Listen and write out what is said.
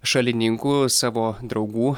šalininkų savo draugų